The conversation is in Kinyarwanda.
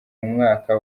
umwaka